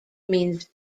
means